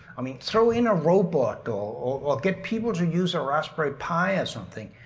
i mean, throw in a robot or get people to use a raspberry pi or something.